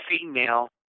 female